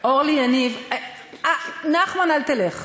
אורלי יניב נחמן, אל תלך.